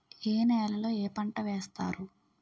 ఏ నేలలో ఏ పంట వేస్తారు?